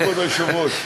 כבוד היושב-ראש?